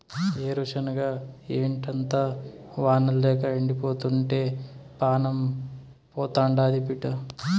ఏరుశనగ పంటంతా వానల్లేక ఎండిపోతుంటే పానం పోతాండాది బిడ్డా